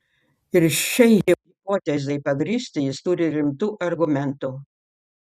ir šiai hipotezei pagrįsti jis turi rimtų argumentų